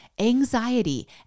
anxiety